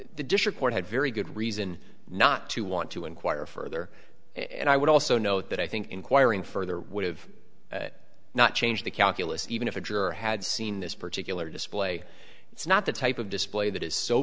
the district court had very good reason not to want to inquire further and i would also note that i think inquiring further would of not change the calculus even if a juror had seen this particular display it's not the type of display that is so